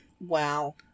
Wow